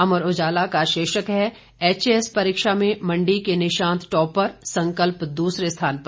अमर उजाला का शीर्षक है एच ए एस परीक्षा में मंडी के निशांत टॉपर संकल्प दूसरे स्थान पर